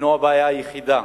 אינו הבעיה היחידה